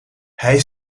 hij